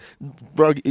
Bro